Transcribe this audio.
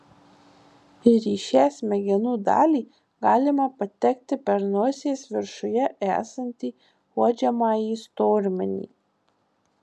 ir į šią smegenų dalį galima patekti per nosies viršuje esantį uodžiamąjį stormenį